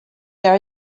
there